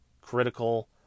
critical